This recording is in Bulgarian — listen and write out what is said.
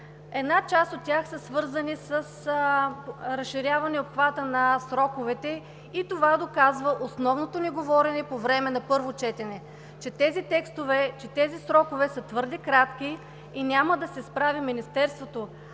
Една част от тях са свързани с разширяване обхвата на сроковете и това доказва основното ми говорене по време на първо четене, че тези срокове са твърде кратки и няма да се справи Министерството,